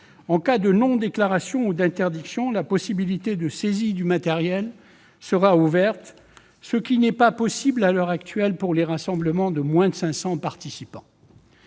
En cas de non-déclaration ou d'interdiction, il sera possible de saisir le matériel ; ce n'est pas possible à l'heure actuelle pour les rassemblements de moins de 500 participants.